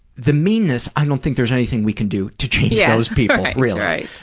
the meanness, i don't think there's anything we can do to change those people really.